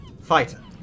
fighter